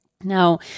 Now